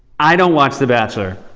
i don't watch the bachelor,